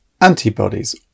antibodies